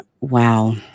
Wow